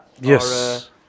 yes